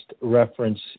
reference